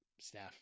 staff